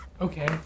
Okay